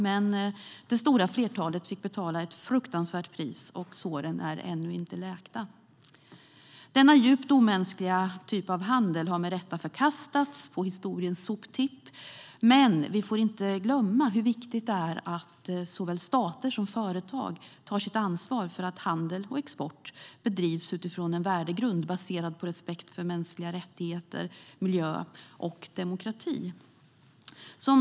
Men det stora flertalet fick betala ett fruktansvärt pris, och såren är ännu inte läkta. Denna djupt omänskliga handel har med rätta kastats på historiens soptipp. Vi får dock inte glömma hur viktigt det är att såväl stater som företag tar sitt ansvar för att handel och export bedrivs utifrån en värdegrund baserad på respekt för mänskliga rättigheter, miljö och demokrati.